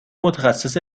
متخصص